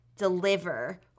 deliver